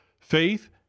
Faith